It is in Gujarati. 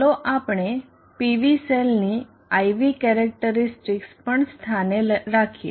ચાલો આપણે PV સેલની I V કેરેક્ટરીસ્ટિકસ પણ સ્થાને રાખીએ